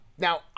Now